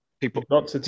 people